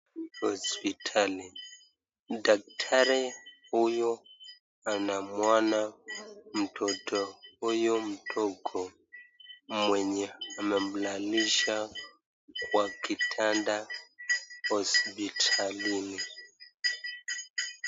Hospitali. Daktari huyu anamwona mtoto huyu mdogo mwenye amemlalisha kwa kitanda hospitalini.